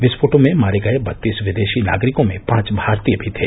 विस्फोटों में मारे गए बत्तीस विदेशी नागरिकों में पांच भारतीय भी थे